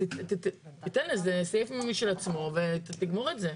אז תן לזה סעיף משל עצמו ותגמור את זה.